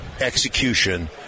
execution